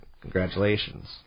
Congratulations